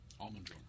almond